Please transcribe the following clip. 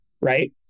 right